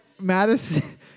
Madison